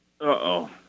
Uh-oh